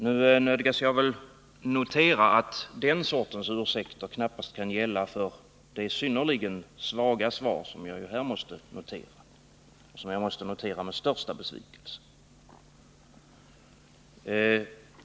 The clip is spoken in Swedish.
Nu nödgas jag konstatera att den sortens ursäkter knappast kan gälla för det synnerligen svaga svar som jag här med största besvikelse måste notera.